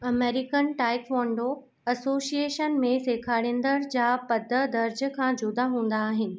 American taekwondo association में सेखारींदड़ जा पद दर्जे खां जुदा हूंदा आहिनि